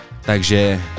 takže